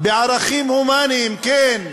בערכים הומניים, כן.